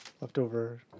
leftover